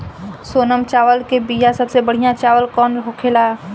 सोनम चावल के बीया सबसे बढ़िया वाला कौन होखेला?